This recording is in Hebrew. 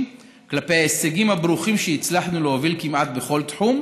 כלפי ההישגים הברוכים שהצלחנו להוביל כמעט בכל תחום,